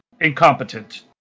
incompetent